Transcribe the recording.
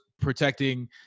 protecting